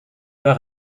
pas